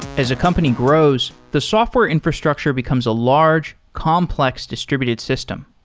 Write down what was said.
as a company grows, the software infrastructure becomes a large complex distributed system.